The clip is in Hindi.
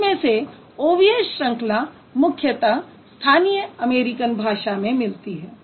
इसमें से OVS श्रंखला मुख्यतः स्थानीय अमेरिकी भाषा में मिलती है